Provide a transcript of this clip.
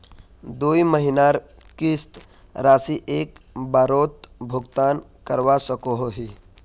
दुई महीनार किस्त राशि एक बारोत भुगतान करवा सकोहो ही?